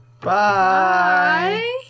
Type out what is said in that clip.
Bye